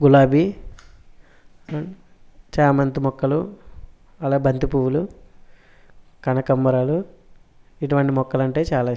గులాబీ చామంతి మొక్కలు అలాగే బంతి పువ్వులు కనకాంబరాలు ఇటువంటి మొక్కలు అంటే చాలా ఇష్టం